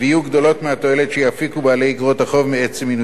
גדולות מהתועלת שיפיקו בעלי איגרות החוב מעצם מינויו.